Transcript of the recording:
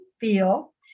feel